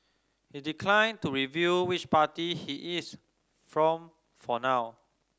he declined to reveal which party he is from for now